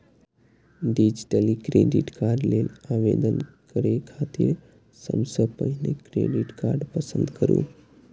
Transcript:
digitally credit card लेल आवेदन करै खातिर सबसं पहिने क्रेडिट कार्ड पसंद करू